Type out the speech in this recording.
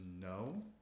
no